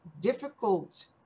difficult